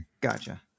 Gotcha